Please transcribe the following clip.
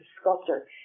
sculptor